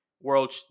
world